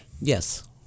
Yes